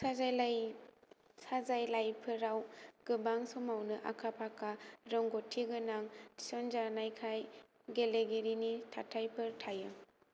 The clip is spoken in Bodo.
साजायलाय साजायलायफोराव गोबां समावनो आखा फाखा रोंगौथि गोनां थिसनजाखानाय गेलेगिरिनि थाथायफोर थायो